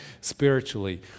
spiritually